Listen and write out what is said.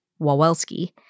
Wawelski